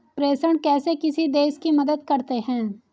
प्रेषण कैसे किसी देश की मदद करते हैं?